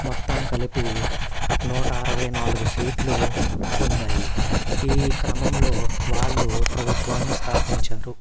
మొత్తం కలిపి నూట అరవై నాలుగు సీట్లు పొందాయి ఈ క్రమంలో వాళ్ళు ప్రభుత్వాన్ని స్థాపించారు